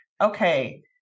Okay